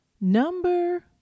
Number